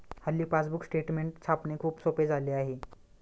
हल्ली passbook statement छापणे खूप सोपे झाले आहे